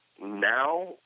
Now